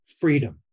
freedom